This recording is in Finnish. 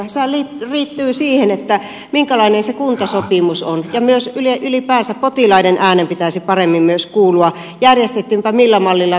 sehän liittyy siihen minkälainen se kuntasopimus on ja myös ylipäänsä potilaiden äänen pitäisi paremmin kuulua järjestettiinpä millä mallilla tahansa